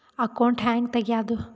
Account ಹ್ಯಾಂಗ ತೆಗ್ಯಾದು?